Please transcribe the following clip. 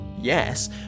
yes